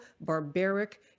barbaric